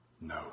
No